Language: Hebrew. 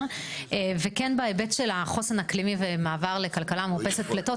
וכן בהיבט של חוסן אקלימי ומעבר לכלכלה מאופסת פליטות,